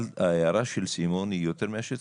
אבל ההערה של סימון היא יותר מאשר צודקת.